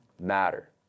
matter